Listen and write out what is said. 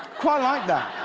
quite like that.